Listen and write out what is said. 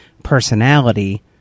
Personality